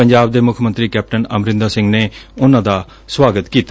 ਪੰਜਾਬ ਦੇ ਮੁੱਖ ਮੰਤਰੀ ਕੈਪਟਨ ਅਮਰਿੰਦਰ ਸਿੰਘ ਨੇ ਉਨੂਾਂ ਦਾ ਸਵਾਗਤ ਕੀਤਾ